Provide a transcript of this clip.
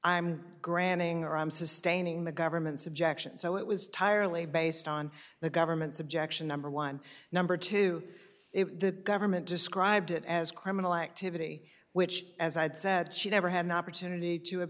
i'm granting or i'm sustaining the government's objection so it was tire lay based on the government's objection number one number two if the government described it as criminal activity which as i'd said she never had an opportunity to